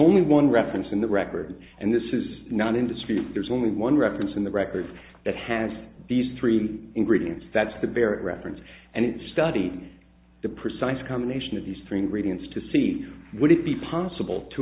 only one reference in the record and this is not in dispute there's only one reference in the record that has these three ingredients that's the barrett reference and it studied the precise combination of these three ingredients to see would it be possible to